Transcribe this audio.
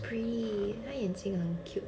she's pretty 她眼睛很 cute